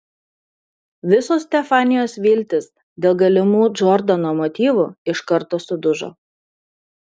visos stefanijos viltys dėl galimų džordano motyvų iš karto sudužo